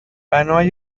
بنای